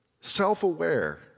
self-aware